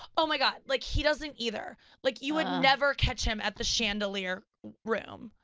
oh my god, like he doesn't either. like you would never catch him at the chandelier room.